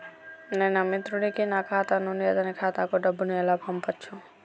నేను నా మిత్రుడి కి నా ఖాతా నుండి అతని ఖాతా కు డబ్బు ను ఎలా పంపచ్చు?